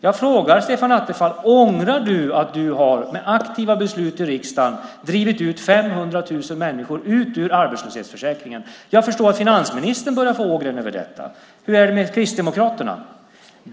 Jag frågar Stefan Attefall: Ångrar du att du med aktiva beslut i riksdagen har drivit 500 000 människor ut ur arbetslöshetsförsäkringen? Jag förstår att finansministern börjar få ågren över detta. Hur är det med Kristdemokraterna?